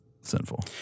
sinful